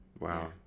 wow